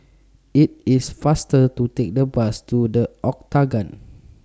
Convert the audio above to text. IT IS faster to Take The Bus to The Octagon